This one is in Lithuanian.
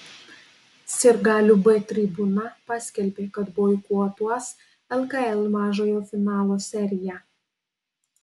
sirgalių b tribūna paskelbė kad boikotuos lkl mažojo finalo seriją